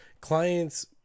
clients